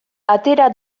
atera